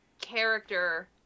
character